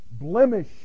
blemish